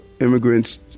immigrants